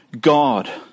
God